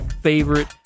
favorite